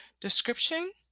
description